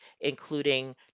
including